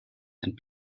and